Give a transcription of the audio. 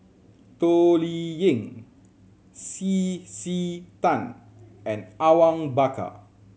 Toh Liying C C Tan and Awang Bakar